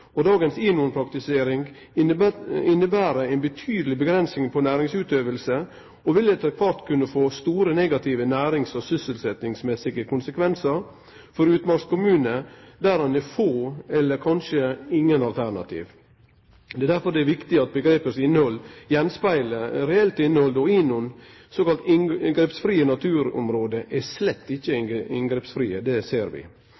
hardt. Dagens INON-praktisering inneber ei betydeleg avgrensing av næringsutøving og vil etter kvart kunne gi store, negative nærings- og sysselsetjingsmessige konsekvensar for utmarkskommunar der ein har få eller kanskje ingen alternativ. Det er derfor viktig at innhaldet i omgrepet speglar av eit reelt innhald. INON, såkalla inngrepsfrie naturområde, er slett ikkje inngrepsfrie. Det ser vi.